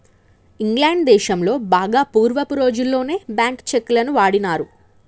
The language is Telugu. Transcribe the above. ఇంగ్లాండ్ దేశంలో బాగా పూర్వపు రోజుల్లోనే బ్యేంకు చెక్కులను వాడినారు